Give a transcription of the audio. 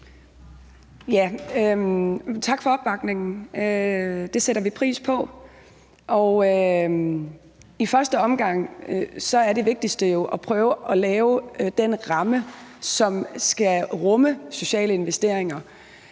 Tak for opbakningen. Det sætter vi pris på. I første omgang er det vigtigste jo at prøve at lave den ramme, som skal rumme de sociale investeringer,